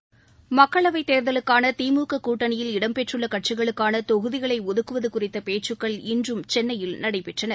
மக்களவை தேர்தலுக்கான திமுக கூட்டணியில் இடம்பெற்றுள்ள கட்சிகளுக்கான தொகுதிகளை ஒதுக்குவது குறித்த பேச்சுகள் இன்றும் சென்னையில் நடைபெற்றன